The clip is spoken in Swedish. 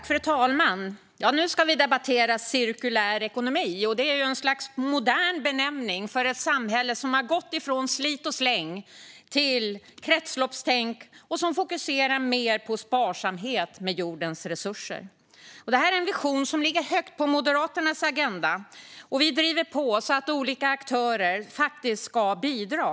Fru talman! Nu ska vi debattera cirkulär ekonomi. Det är ett slags modern benämning för ett samhälle som har gått från slit och släng till kretsloppstänk och som fokuserar mer på sparsamhet med jordens resurser. Det här är en vision som ligger högt på Moderaternas agenda, och vi driver på så att olika aktörer faktiskt ska bidra.